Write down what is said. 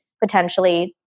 potentially